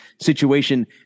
situation